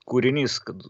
kūrinys kad